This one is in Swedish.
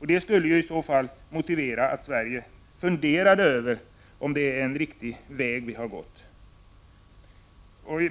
Detta skulle motivera att Sverige skulle fundera över om vi har gått en riktig väg.